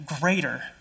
greater